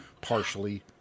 Partially